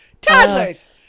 Toddlers